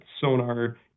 sonar